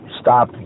stop